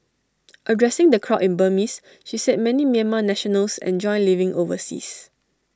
addressing the crowd in Burmese she said many Myanmar nationals enjoy living overseas